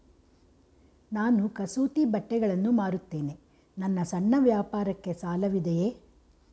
ನಾನು ಕಸೂತಿ ಬಟ್ಟೆಗಳನ್ನು ಮಾರುತ್ತೇನೆ ನನ್ನ ಸಣ್ಣ ವ್ಯಾಪಾರಕ್ಕೆ ಸಾಲವಿದೆಯೇ?